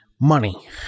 money